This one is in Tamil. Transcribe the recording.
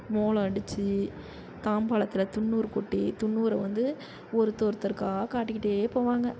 மோளம் அடித்து தாம்பாளத்தில் துன்னூறு கொட்டி துன்னூறை வந்து ஒருத்தர் ஒருத்தருக்கு காட்டிக்கிட்டே போவாங்க